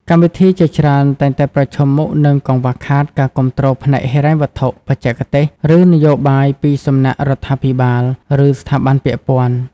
កម្មវិធីជាច្រើនតែងតែប្រឈមមុខនឹងកង្វះខាតការគាំទ្រផ្នែកហិរញ្ញវត្ថុ បច្ចេកទេស ឬនយោបាយពីសំណាក់រដ្ឋាភិបាល ឬស្ថាប័នពាក់ព័ន្ធ។